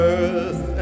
earth